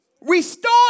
Restore